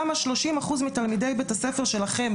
למה 30% מתלמידי בית הספר שלכם,